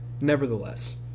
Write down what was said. nevertheless